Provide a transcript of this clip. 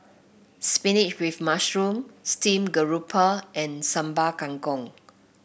spinach with mushroom Steamed Garoupa and Sambal Kangkong